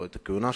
או את הכהונה שלו,